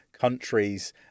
countries